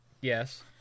Yes